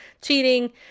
cheating